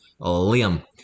Liam